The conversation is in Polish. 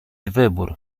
wybór